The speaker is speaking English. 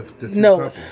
No